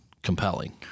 compelling